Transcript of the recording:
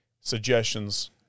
suggestions